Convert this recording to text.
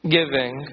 giving